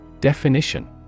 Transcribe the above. Definition